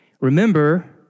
Remember